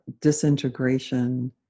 disintegration